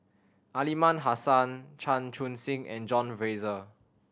Aliman Hassan Chan Chun Sing and John Fraser